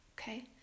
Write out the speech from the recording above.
okay